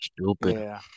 Stupid